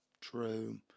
True